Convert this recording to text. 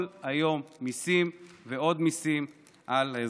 כל היום מיסים ועוד מיסים על האזרחים.